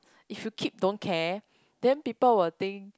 if you keep don't care then people will think